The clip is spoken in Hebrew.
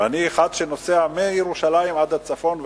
ואני אחד שנוסע מירושלים עד הצפון וחזרה,